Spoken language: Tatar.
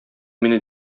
мине